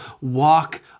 walk